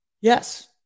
Yes